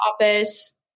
office